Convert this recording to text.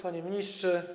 Panie Ministrze!